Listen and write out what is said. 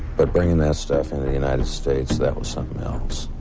but bringing that stuff into the united states, that was something else.